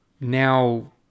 now